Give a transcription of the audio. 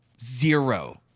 zero